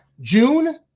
June